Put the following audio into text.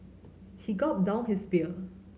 he gulped down his beer